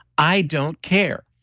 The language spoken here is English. i don't care.